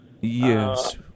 Yes